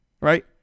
right